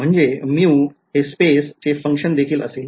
म्हणजे µ हे space चे function देखील असेल